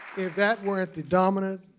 if that weren't the dominant,